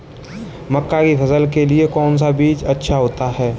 मक्का की फसल के लिए कौन सा बीज अच्छा होता है?